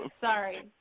sorry